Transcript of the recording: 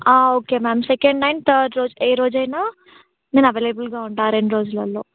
okay ma'am second and third రోజు ఏ రోజు అయినా నేను అవైలబుల్గా ఉంటాను ఆ రెండు రోజులలో